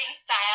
style